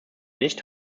nicht